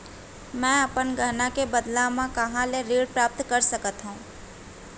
मै अपन गहना के बदला मा कहाँ ले ऋण प्राप्त कर सकत हव?